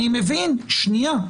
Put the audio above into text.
אני מבין, שנייה.